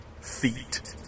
feet